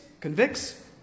convicts